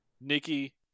Nikki